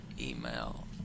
email